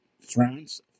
France